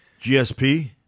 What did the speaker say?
GSP